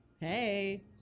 Hey